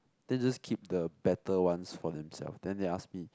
then just keep the better ones for themselves then they ask me